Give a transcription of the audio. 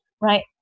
right